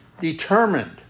determined